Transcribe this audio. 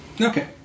Okay